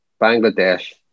Bangladesh